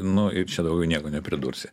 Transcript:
nu ir čia daugiau nieko nepridursi